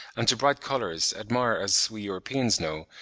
and to bright colours, admire, as we europeans know,